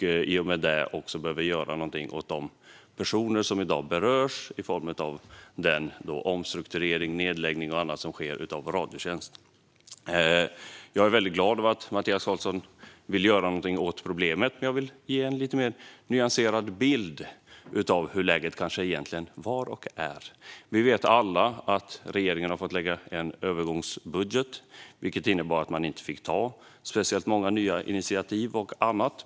Vi behöver göra någonting för de personer som i dag berörs av den omstrukturering, nedläggning och annat som sker med Radiotjänst. Jag är väldigt glad över att Mattias Karlsson vill göra någonting åt problemet. Men jag vill ge en lite mer nyanserad bild av hur läget egentligen var och är. Vi vet alla att regeringen har fått lägga fram en övergångsbudget, vilket innebar att man inte fick ta speciellt många nya initiativ och annat.